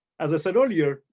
as i said earlier,